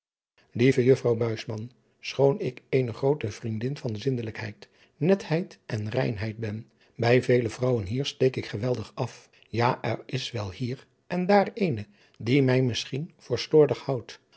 lieve juffrouw buisman schoon ik eene groote vriendin van zindelijkheid netheid en reinheid ben bij vele vrouwen hier steek ik geweldig af ja er is er wel hier en daar eene die mij misschien voor slordig houdt